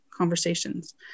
conversations